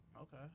Okay